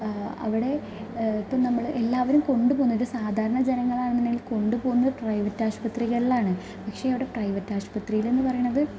അവിടെ ഇപ്പോൾ നമ്മൾ എല്ലാവരും കൊണ്ടു പോകുന്നത് സാധാരണ ജനങ്ങളാണെന്നുണ്ടെങ്കില് കൊണ്ടു പോകുന്നത് പ്രൈവറ്റ് ആശുപത്രികളിലാണ് പക്ഷെ അവിടെ പ്രൈവറ്റ് ആശുപത്രിയിലെന്നു പറയുന്നത്